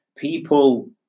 People